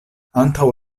antaŭ